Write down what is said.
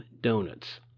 donuts